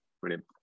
Brilliant